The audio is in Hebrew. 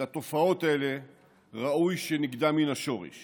את התופעות האלה ראוי שנגדע מן השורש